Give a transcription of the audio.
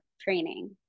training